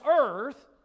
earth